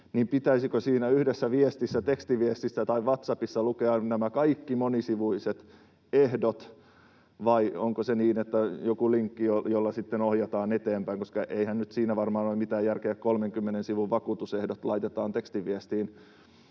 pitäisikö siinä yhdessä viestissä — tekstiviestissä tai Whats Appissa — lukea nämä kaikki monisivuiset ehdot, vai onko se joku linkki, jolla sitten ohjataan eteenpäin. Eihän nyt siinä varmaan ole mitään järkeä, että 30 sivun vakuutusehdot laitetaan tekstiviestiin.